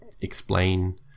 explain